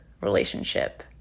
relationship